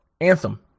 Anthem